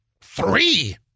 three